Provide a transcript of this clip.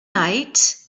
night